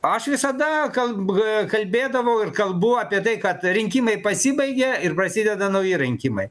aš visada kalb kalbėdavau ir kalbu apie tai kad rinkimai pasibaigė ir prasideda nauji rinkimai